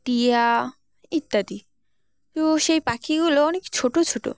টিয়া ইত্যাদি তো সেই পাখিগুলো অনেক ছোটো ছোটো